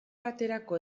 baterako